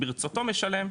ברצותו משלם,